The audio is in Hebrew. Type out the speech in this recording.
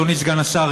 אדוני סגן השר,